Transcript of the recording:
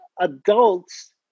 adults